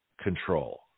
control